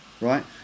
Right